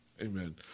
Amen